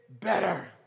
better